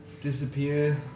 disappear